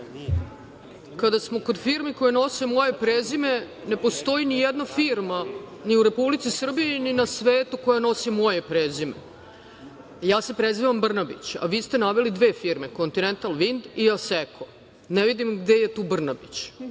smo kod firmi koje nose moje prezime, ne postoji nijedna firma ni u Republici Srbiji, ni na svetu koja nosi moje prezime. Ja se prezivam Brnabić, a vi ste naveli dve firme "Kontinental vind" i "Aseko". Ne vidim gde je tu Brnabić,